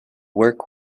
work